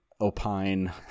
opine